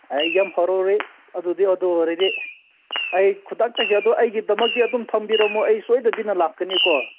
ꯑꯦ ꯌꯥꯝ ꯍꯔꯥꯎꯔꯦ ꯑꯗꯨꯗꯤ ꯑꯗꯨ ꯑꯣꯏꯔꯗꯤ ꯑꯩ ꯈꯨꯗꯛꯇꯒꯤ ꯑꯗꯣ ꯑꯩꯒꯤꯗꯃꯛꯇꯗꯤ ꯑꯗꯨꯝ ꯊꯝꯕꯤꯔꯝꯃꯣ ꯑꯩ ꯁꯣꯏꯗꯕꯤꯅ ꯂꯥꯛꯀꯅꯤꯀꯣ